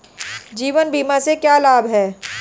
जीवन बीमा से क्या लाभ हैं?